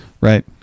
Right